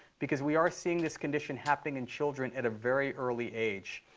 because we are seeing this condition happening in children at a very early age.